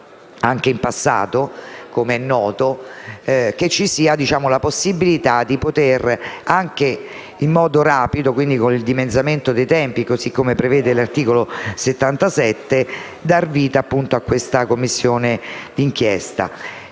(anche del passato, com'è noto), che ci sia la possibilità di dar vita in modo rapido (con il dimezzamento dei tempi, così come prevede l'articolo 77) a questa Commissione di inchiesta.